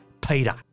Peter